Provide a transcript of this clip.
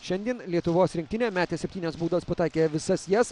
šiandien lietuvos rinktinė metė septynias baudas pataikė visas jas